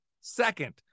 Second